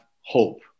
hope